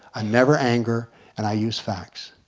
ah never angery and i use facts.